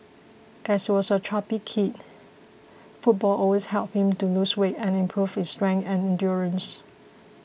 as he was a chubby kid football always helped him to lose weight and improve his strength and endurance